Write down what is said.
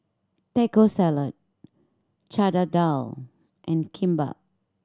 Taco Salad Chana Dal and Kimbap